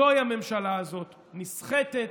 זוהי הממשלה הזאת, נסחטת,